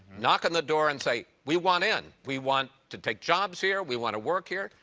knock on the door and say, we want in, we want to take jobs here, we want to work here,